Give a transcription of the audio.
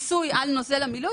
העולם התקדם.